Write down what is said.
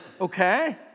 Okay